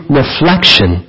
reflection